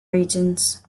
regions